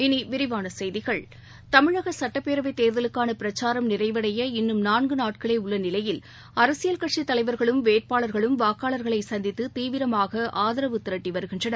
இனி விரிவான செய்திகள் தேர்தல் பிரச்சாரம் ரவுண்ட் அந தமிழக சட்டப்பேரவைத் தேர்தலுக்கான பிரச்சாரம் நிறைவடைய இன்னும் நான்கு நாட்களே உள்ள நிலையில் அரசியல் கட்சித் தலைவர்களும் வேட்பாளர்களும் வாக்காளர்களை சந்தித்து தீவிரமாக ஆதரவு திரட்டி வருகின்றனர்